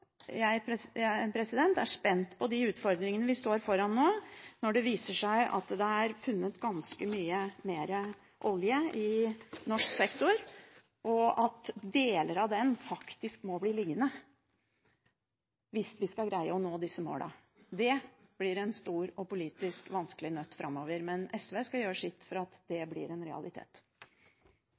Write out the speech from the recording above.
Jeg er spent på de utfordringene vi står foran nå, når det viser seg at det er funnet ganske mye mer olje i norsk sektor, og at deler av den faktisk må bli liggende hvis vi skal greie å nå disse målene. Det blir en stor og politisk vanskelig nøtt framover. Men SV skal gjøre sitt for at det blir en realitet.